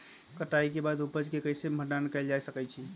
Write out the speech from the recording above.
कटाई के बाद उपज के कईसे भंडारण कएल जा सकई छी?